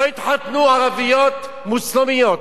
לא יתחתנו ערביות מוסלמיות?